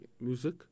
music